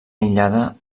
aïllada